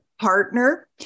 partner